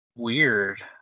Weird